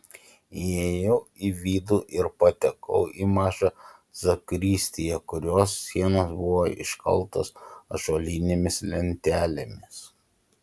įėjau į vidų ir patekau į mažą zakristiją kurios sienos buvo iškaltos ąžuolinėmis lentelėmis